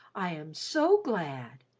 i am so glad!